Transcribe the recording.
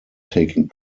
taking